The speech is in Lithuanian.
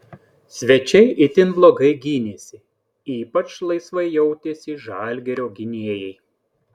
svečiai itin blogai gynėsi ypač laisvai jautėsi žalgirio gynėjai